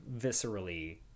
viscerally